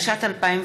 (תיקון), התשע"ט 2018,